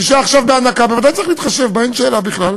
אישה עכשיו בהנקה, צריך להתחשב בה, אין שאלה בכלל.